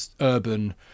urban